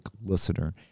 listener